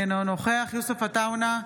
אינו נוכח יוסף עטאונה,